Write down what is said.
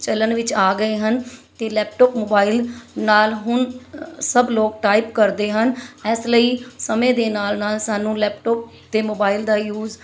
ਚਲਨ ਵਿੱਚ ਆ ਗਏ ਹਨ ਅਤੇ ਲੈਪਟੋਪ ਮੋਬਾਈਲ ਨਾਲ ਹੁਣ ਸਭ ਲੋਕ ਟਾਈਪ ਕਰਦੇ ਹਨ ਇਸ ਲਈ ਸਮੇਂ ਦੇ ਨਾਲ ਨਾਲ ਸਾਨੂੰ ਲੈਪਟੋਪ ਅਤੇ ਮੋਬਾਈਲ ਦਾ ਯੂਸ